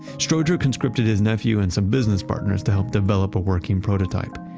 strowger conscripted his nephew and some business partners to help develop a working prototype.